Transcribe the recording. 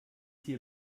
hier